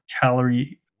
calorie